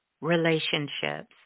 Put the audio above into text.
relationships